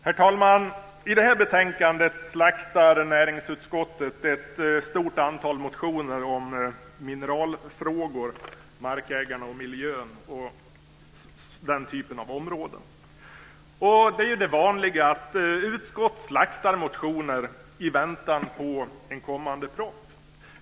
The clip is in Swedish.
Herr talman! I det här betänkandet slaktar näringsutskottet ett stort antal motioner om mineralfrågor, markägarna, miljön och den typen av områden. Det vanliga är ju att utskott slaktar motioner i väntan på en kommande proposition.